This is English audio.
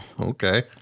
Okay